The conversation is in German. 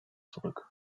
zurück